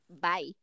Bye